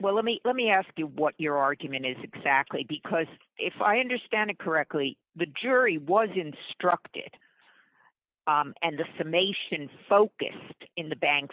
well let me let me ask you what your argument is exactly because if i understand it correctly the jury was instructed and the summation focused in the bank